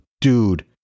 dude